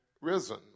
risen